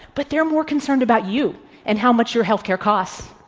but they're more concerned about you and how much your healthcare costs.